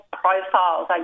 profiles